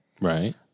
right